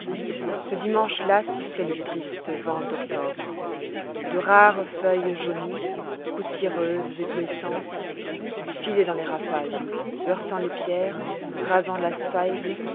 ce dimanche-là sifflait le triste vent d'octobre de rares feuilles jaunies poussiéreuses et bruissantes filaient dans les rafales heurtant les pierres rasant l'asphalte